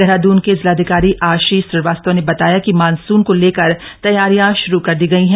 देहराद्रन के जिलाधिकारी आशीष श्रीवास्तव ने बताया कि मॉनसून को लेकर तैयारियां श्रू कर दी गई है